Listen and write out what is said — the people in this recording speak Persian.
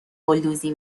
گلدوزی